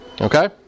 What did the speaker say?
Okay